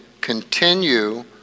continue